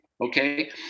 okay